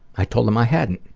i told him i hadn't.